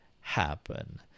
happen